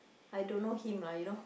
I don't know him lah you know